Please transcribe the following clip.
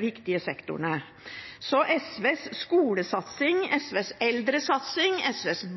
viktige sektorene. Så SVs skolesatsing, SVs eldresatsing